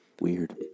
Weird